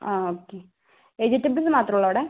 ആ okay vegetables മാത്രമേ ഉള്ളൂ അവിടെ